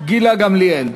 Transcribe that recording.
גילה גמליאל,